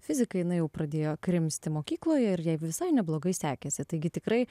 fiziką jinai jau pradėjo krimsti mokykloje ir jai visai neblogai sekėsi taigi tikrai